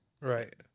Right